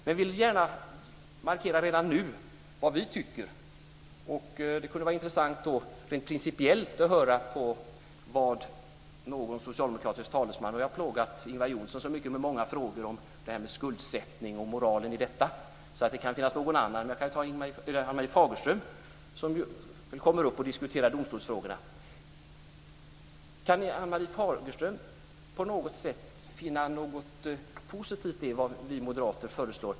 Jag vill gärna markera redan nu vad vi tycker. Det kunde vara intressant att höra rent principiellt vad någon socialdemokratisk talesman säger. Nu har jag plågat Ingvar Johnsson med många frågor om skuldsättning och moralen i det, så det kan finnas någon annan. Jag kan vända mig till Ann-Marie Fagerström som kommer att diskutera domstolsfrågorna. Kan Ann-Marie Fagerström finna något positivt i det vi moderater föreslår?